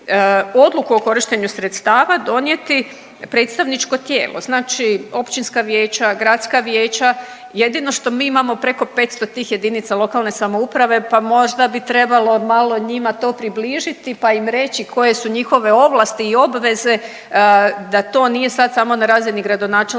odluku o korištenju sredstava donijeti predstavničko tijelo, znači općinska vijeća, gradska vijeća. Jedino što mi imamo preko 500 tih jedinica lokalne samouprave pa možda bi trebalo malo njima to približiti pa im reći koje su njihove ovlasti i obveze da to nije sad samo na razini gradonačelnika,